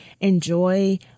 enjoy